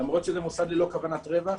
למרות שזה מוסד ללא כוונת רווח,